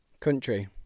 Country